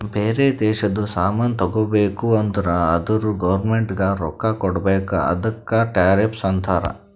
ಬೇರೆ ದೇಶದು ಸಾಮಾನ್ ತಗೋಬೇಕು ಅಂದುರ್ ಅದುರ್ ಗೌರ್ಮೆಂಟ್ಗ ರೊಕ್ಕಾ ಕೊಡ್ಬೇಕ ಅದುಕ್ಕ ಟೆರಿಫ್ಸ್ ಅಂತಾರ